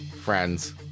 friends